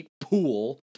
pool